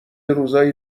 روزای